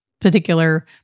particular